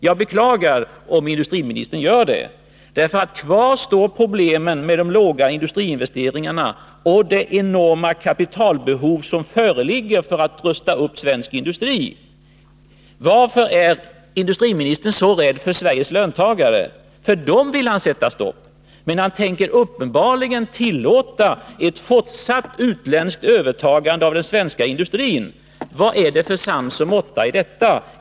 Jag beklagar om industriministern gör detta, ty kvar står problemen med de låga industriinvesteringarna och det enorma kapitalbehovet för att man skall kunna rusta upp den svenska industrin. Varför är industriministern så rädd för Sveriges löntagare? För dem vill han sätta stopp, men han tänker uppenbarligen tillåta ett fortsatt utländskt övertagande av den svenska industrin. Vad är det för sans och måtta i detta?